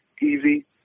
easy